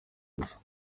gusa